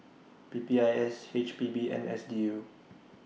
P P I S H P B and S D U